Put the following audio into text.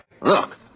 Look